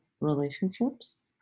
relationships